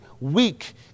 weak